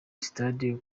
stade